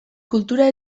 kultura